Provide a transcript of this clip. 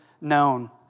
known